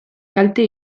kalte